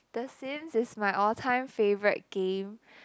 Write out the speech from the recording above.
the Sims is my all time favourite game